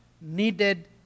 needed